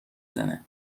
زنه